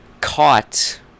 caught